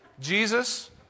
Jesus